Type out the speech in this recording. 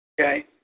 Okay